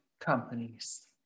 companies